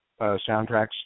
soundtracks